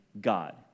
God